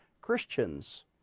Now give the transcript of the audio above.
Christians